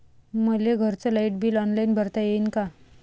मले घरचं light bill online भरता येईन का?